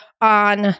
on